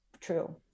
true